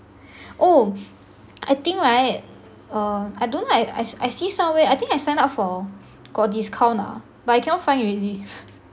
oh I think right err I don't know I I see somewhere I think I signed up for got discount ah but I cannot find already